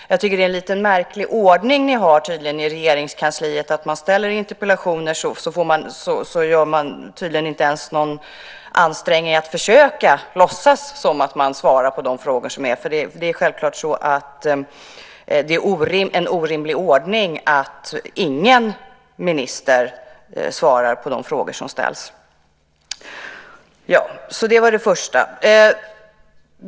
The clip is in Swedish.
Ni har tydligen en lite märklig ordning i Regeringskansliet. När man ställer interpellationer försöker ni inte ens låtsas att ni svarar på frågorna. Det är självklart en orimlig ordning att ingen minister svarar på de frågor som ställs.